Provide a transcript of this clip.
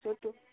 so तूं